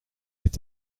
est